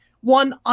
One